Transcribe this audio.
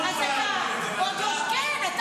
אז אתה עוד יושב,